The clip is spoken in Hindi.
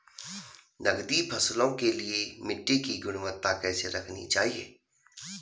नकदी फसलों के लिए मिट्टी की गुणवत्ता कैसी रखनी चाहिए?